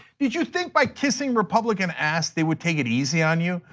did you think by kissing republican ass they would take it easy on you?